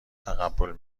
تقبل